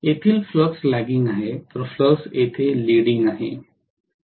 येथील flux lagging आहे तर फ्लक्स येथे लिडिंग आहे